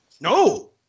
no